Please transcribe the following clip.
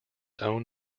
own